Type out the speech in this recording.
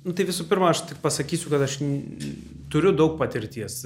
nu tai visų pirma aš tik pasakysiu kad aš turiu daug patirties